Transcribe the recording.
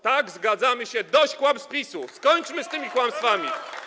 Tak, zgadzamy się: dość kłamstw PiS-u, skończmy z tymi kłamstwami.